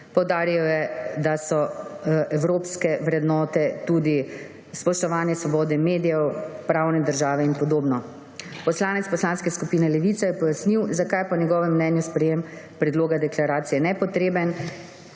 Poudaril je, da so evropske vrednote tudi spoštovanje svobode medijev, pravne države in podobno. Poslanec Poslanske skupine Levica je pojasnil, zakaj je po njegovem mnenju sprejetje predloga deklaracije nepotrebno.